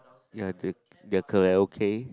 ya they they are karaoke